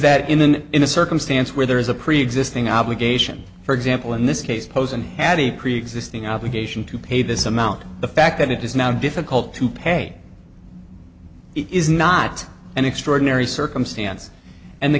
that in an in a circumstance where there is a preexisting obligation for example in this case posen had a preexisting obligation to pay this amount the fact that it is now difficult to pay is not an extraordinary circumstance and the